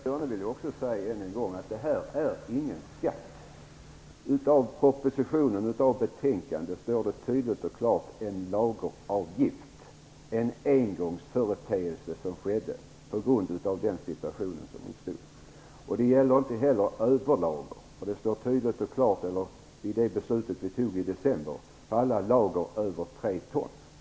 Herr talman! Jag vill än en gång säga att det inte är fråga om någon skatt. Av propositionen och betänkandet framgår det tydligt och klart att det gäller en lageravgift, en engångföreteelse på grund av den situation som uppstod. Det gäller inte heller överlager. Det anges tydligt i det beslut som vi tog i december att avgiften gäller alla lager över 3 ton.